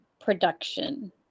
production